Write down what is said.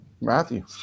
Matthew